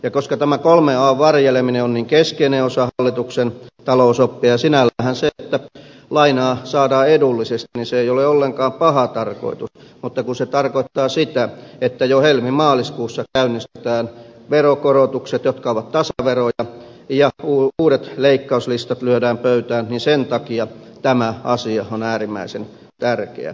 ja koska tämä kolmen an varjeleminen on niin keskeinen osa hallituksen talousoppeja sinälläänhän se että lainaa saadaan edullisesti ei ole ollenkaan paha tarkoitus mutta kun se tarkoittaa sitä että jo helmi maaliskuussa käynnistetään veronkorotukset jotka ovat tasaveroja ja uudet leikkauslistat lyödään pöytään niin sen takia tämä asia on äärimmäisen tärkeä